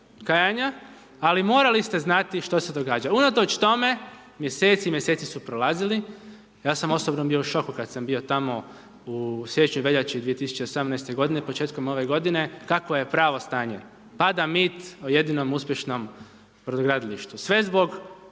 kajanja, ali morali ste znati što se događa. Unatoč tome, mjeseci i mjeseci su prolazili, ja sam osobno bio u šoku kad sam bio tamo u siječnju i veljači 2018. godine, početkom ove godine, kakvo je pravo stanje. Pada mit o jedinom uspješnom brodogradilištu, sve zbog